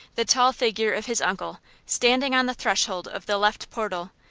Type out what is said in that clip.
the tall figure of his uncle standing on the threshold of the left portal,